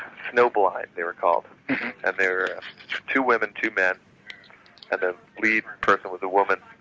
snowblind, they were called and they're two women, two men and the lead person was a woman.